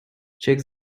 check